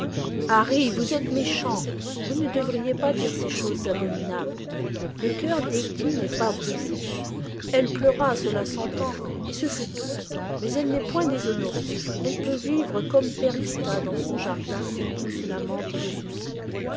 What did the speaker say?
harry vous êtes méchant vous ne devriez pas dire ces choses abominables le cœur d'iietty n'est pas brisé elle pleura cela s'entend et ce fut tout mais elle n'est point déshonorée elle peut vivre comme perdita dans son jardin où poussent la menthe et le souci